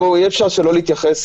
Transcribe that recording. --- אי-אפשר שלא להתייחס.